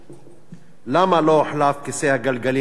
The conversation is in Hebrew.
2. למה לא הוחלף כיסא הגלגלים שנשבר?